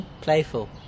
Playful